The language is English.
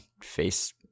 Face